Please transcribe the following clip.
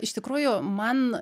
iš tikrųjų man